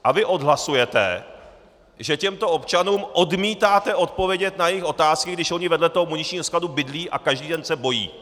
A vy odhlasujete, že těmto občanům odmítáte odpovědět na jejich otázky, když vedle toho muničního skladu bydlí a každý den se bojí.